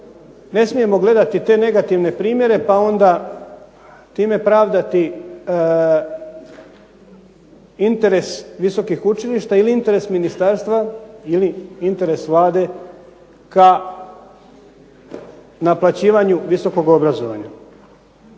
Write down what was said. ne smijemo gledati te negativne primjere, pa onda time pravdati interes visokih učilišta ili interes ministarstva ili interes Vlade ka naplaćivanju visokog obrazovanja.